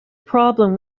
problem